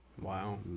Wow